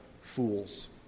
fools